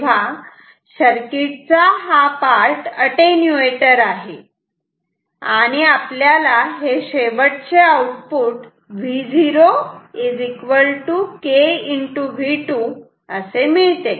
तेव्हा सर्किट चा हा पार्ट अटेन्यूएटर आहे आणि आपल्याला हे शेवटचे आउटपुट V0 KV2 असे मिळते